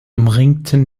umringten